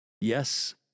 Yes